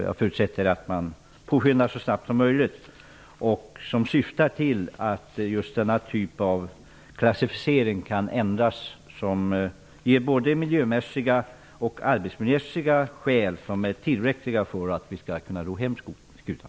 Jag förutsätter att man så snabbt som möjligt påskyndar hanteringen så att denna typ av klassificering kan ändras. Det finns både miljö och arbetsmässiga skäl som är tillräckliga för att vi skall kunna ro hem skutan.